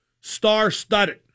star-studded